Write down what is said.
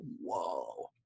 whoa